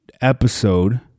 episode